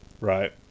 Right